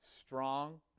strong